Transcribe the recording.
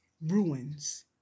ruins